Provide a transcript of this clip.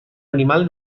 animal